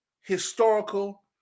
historical